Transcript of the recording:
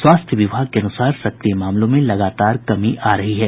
स्वास्थ्य विभाग के अनुसार सक्रिय मामलों में लगातार कमी आ रही है